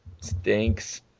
stinks